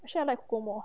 actually I like coke more